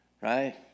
right